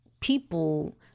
people